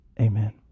Amen